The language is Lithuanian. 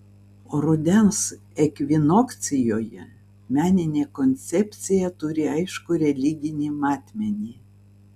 o rudens ekvinokcijoje meninė koncepcija turi aiškų religinį matmenį